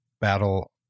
battle